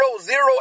zero